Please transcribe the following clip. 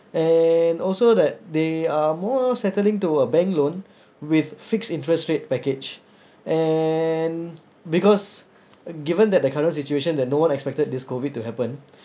and also that they are more settling to a bank loan with fixed interest rate package and because given that the current situation that no one expected this COVID to happen